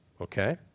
Okay